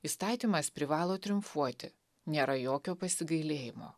įstatymas privalo triumfuoti nėra jokio pasigailėjimo